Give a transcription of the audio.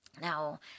Now